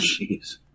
Jeez